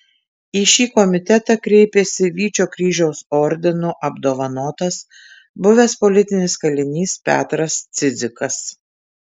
į šį komitetą kreipėsi vyčio kryžiaus ordinu apdovanotas buvęs politinis kalinys petras cidzikas